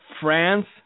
france